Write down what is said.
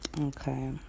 Okay